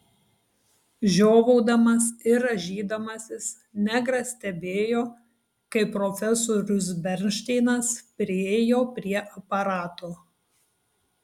žiovaudamas ir rąžydamasis negras stebėjo kaip profesorius bernšteinas priėjo prie aparato